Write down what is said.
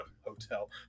hotel